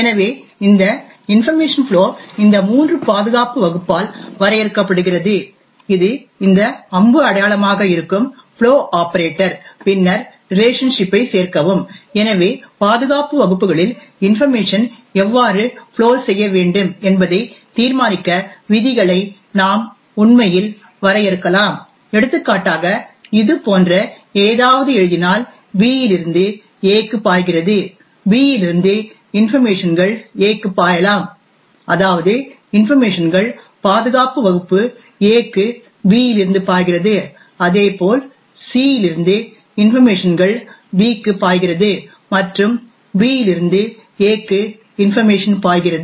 எனவே இந்த information flow இந்த மூன்று பாதுகாப்பு வகுப்பால் வரையறுக்கப்படுகிறது இது இந்த அம்பு அடையாளமாக இருக்கும் ஃப்ளோ ஆபரேட்டர் பின்னர் ரிலேஷன்ஷிப் ஐ சேர்க்கவும் எனவே பாதுகாப்பு வகுப்புகளில் இன்பர்மேஷன் எவ்வாறு ஃப்ளோ செய்ய வேண்டும் என்பதை தீர்மானிக்க விதிகளை நாம் உண்மையில் வரையறுக்கலாம் எடுத்துக்காட்டாக இது போன்ற ஏதாவது எழுதினால் B இலிருந்து A க்கு பாய்கிறது B இலிருந்து இன்பர்மேஷன்கள் A க்கு பாயலாம் அதாவது இன்பர்மேஷன்கள் பாதுகாப்பு வகுப்பு A க்கு B இலிருந்து பாய்கிறது அதேபோல் C இலிருந்து இன்பர்மேஷன்கள் B க்கு பாய்கிறது மற்றும் B இலிருந்து A க்கு இன்பர்மேஷன் பாய்கிறது